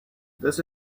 this